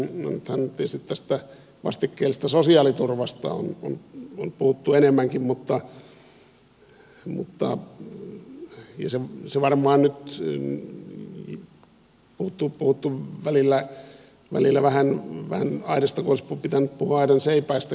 nythän tietysti tästä vastikkeellisesta sosiaaliturvasta on puhuttu enemmänkin ja varmaan on puhuttu välillä aidasta kun olisi pitänyt puhua aidan seipäästäkin